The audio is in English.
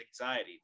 anxiety